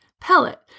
pellet